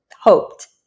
hoped